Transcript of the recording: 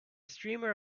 streamer